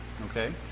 Okay